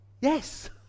Yes